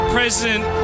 President